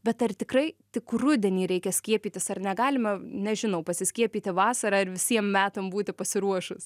bet ar tikrai tik rudenį reikia skiepytis ar negalima nežinau pasiskiepyti vasarą ir visiem metam būti pasiruošus